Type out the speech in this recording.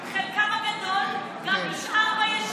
וחלקם הגדול גם נשאר ביישוב.